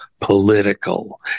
political